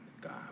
God